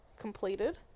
completed